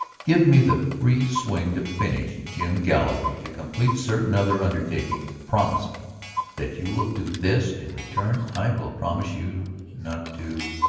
give me the free swing to finish jim galloway, to complete certain other undertakings. promise me that you will do this in return i will promise you not to.